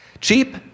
Cheap